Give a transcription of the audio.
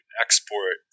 export